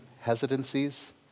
hesitancies